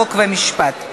חוק ומשפט.